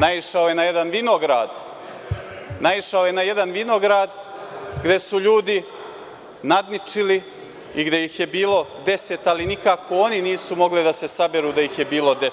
naišao je na jedan vinograd, gde su ljudi nadničili i gde ih je bilo deset, ali nikako oni nisu mogli da se saberu da ih je bilo deset.